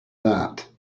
that